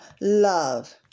love